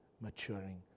maturing